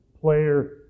player